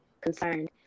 concerned